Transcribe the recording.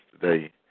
today